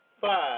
five